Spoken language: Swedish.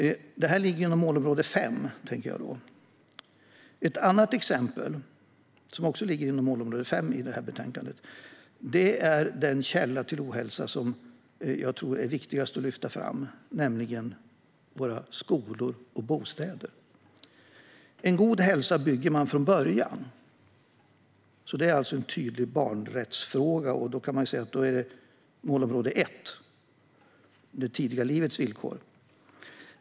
Detta ligger inom målområde 5. Ett annat exempel, som också ligger inom målområde 5 i detta betänkande, är den källa till ohälsa som jag tror är viktigast att lyfta fram, nämligen våra skolor och bostäder. En god hälsa bygger man från början. Det är alltså en tydlig barnrättsfråga. Då kan man säga att det handlar om målområde 1, Det tidiga livets villkor.